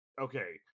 Okay